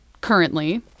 currently